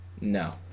No